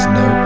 no